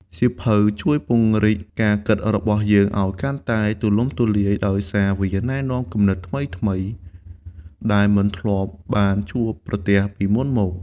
សៀវភៅជួយ ពង្រីកការគិតរបស់យើងឱ្យកាន់តែទូលំទូលាយ ដោយសារវា ណែនាំគំនិតថ្មីៗ ដែលយើងមិនធ្លាប់បានជួបប្រទះពីមុនមក។